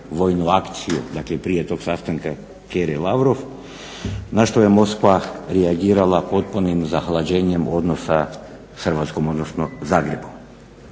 vojnu akciju, dakle prije tog sastanka Kere Lavrov na što je Moskva reagirala potpunim zahlađenjem odnosa s Hrvatskom, odnosno Zagrebom.